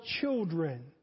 children